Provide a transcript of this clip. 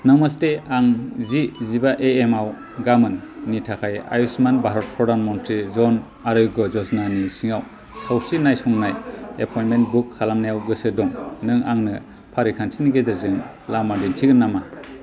नमस्ते आं जि जिबा एएम आव गाबोननि थाखाय आयुश्मान भारत प्रधान मन्त्रि जन आरग्य' योजनानि सिङाव सावस्रि नायसंनाय एपइन्टमेन्ट बुक खालामनायाव गोसो दं नों आंनो फारिखान्थिनि गेजेरजों लामा दिन्थिगोन नामा